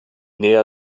näher